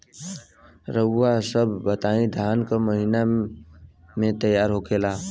रउआ सभ बताई धान क महीना में तैयार होखेला?